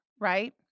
right